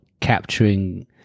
capturing